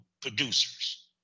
producers